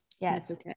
Yes